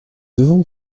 devons